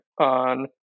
on